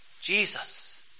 Jesus